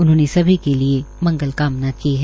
उन्होंने सभी के लिए मंगल कामना की है